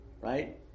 right